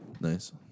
Nice